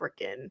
freaking